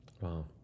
Wow